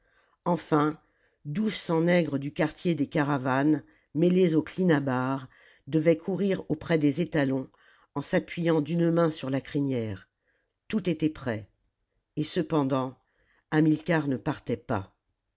enfin douze cents nègres du quartier des caravanes mêlés aux clinabares devaient courir auprès des étalons en s'appujànt d'une main sur la crinière tout était prêt et cependant hamilcar ne partait pas